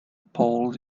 pulled